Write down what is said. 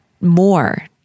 more